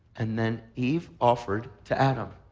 and then eve offered to adam.